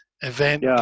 event